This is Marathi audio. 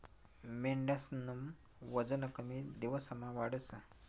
मेंढ्यास्नं वजन कमी दिवसमा वाढस